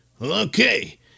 Okay